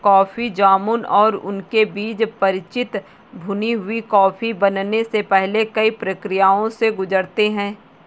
coffee जामुन और उनके बीज परिचित भुनी हुई कॉफी बनने से पहले कई प्रक्रियाओं से गुजरते हैं